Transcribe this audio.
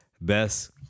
Best